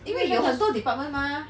yes 因为有很多 department mah